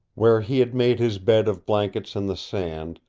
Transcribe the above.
where he had made his bed of blankets in the sand,